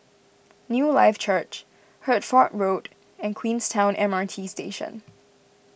Newlife Church Hertford Road and Queenstown M R T Station